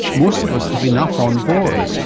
most of us have enough on board,